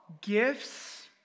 gifts